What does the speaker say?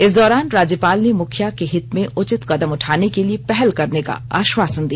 इस दौरान राज्यपाल ने मुखिया के हित में उचित कदम उठाने के लिए पहल करने का आश्वासन दिया